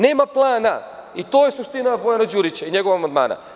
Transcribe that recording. Nema plana, i to je suština Bojana Đurića i njegovog amandmana.